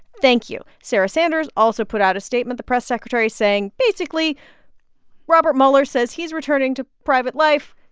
thank you. sarah sanders also put out a statement, the press secretary saying basically robert mueller says he's returning to private life.